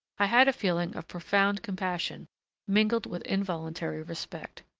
i had a feeling of profound compassion mingled with involuntary respect.